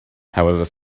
however